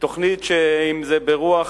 אם זה ברוח